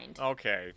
okay